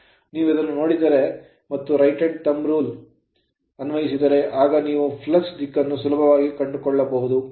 ನೀವು ಇದನ್ನು ನೋಡಿದರೆ ಮತ್ತು right hand thumb rule ಬಲಗೈ ಹೆಬ್ಬೆರಳು ನಿಯಮವನ್ನು ಅನ್ವಯಿಸಿದರೆ ಆಗ ನೀವು flux ಫ್ಲಕ್ಸ್ ನ ದಿಕ್ಕನ್ನು ಸುಲಭವಾಗಿ ಕಂಡುಕೊಳ್ಳಬಹುದು